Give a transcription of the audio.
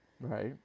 Right